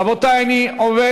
רבותי, אני עובר